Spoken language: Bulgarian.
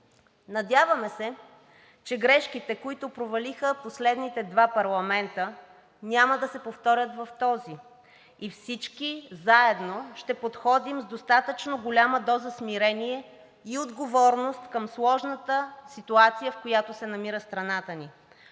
Надяваме се, че грешките, които провалиха последните два парламента, няма да се повторят в този и всички заедно ще подходим с достатъчно голяма доза смирение и отговорност към сложната ситуация, в която се намира страната ни.